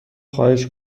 خواهش